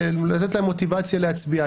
לתת להם מוטיבציה להצביע.